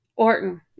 Orton